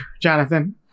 Jonathan